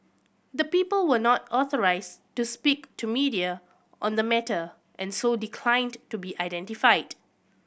the people were not authorised to speak to media on the matter and so declined to be identified